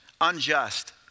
unjust